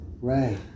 Right